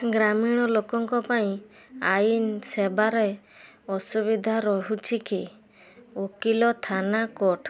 ଗ୍ରାମୀଣ ଲୋକଙ୍କପାଇଁ ଆଇନ ସେବାରେ ଅସୁବିଧା ରହୁଛି କି ଓକିଲୋ ଥାନା କୋର୍ଟ